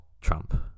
Trump